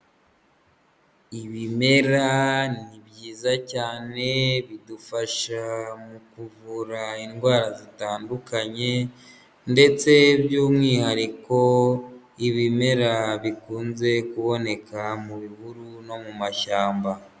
Ibimera ni byiza cyane bidufasha mu kuvura indwara zitandukanye ndetse by'umwihariko ibimera bikunze kuboneka mu bihuru no mu mashyamba.